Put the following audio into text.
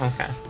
Okay